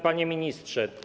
Panie Ministrze!